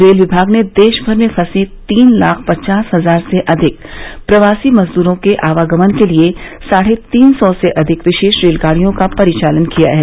rail विमाग ने देशभर में फंसे तीन लाख पचास हजार से अधिक प्रवासी मजदूरों के आवागमन के लिए साढ़े तीन सौ से अधिक विशेष रेलगाड़ियों का परिचालन किया है